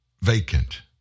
vacant